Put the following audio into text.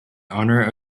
honor